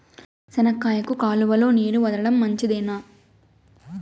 చెనక్కాయకు కాలువలో నీళ్లు వదలడం మంచిదేనా?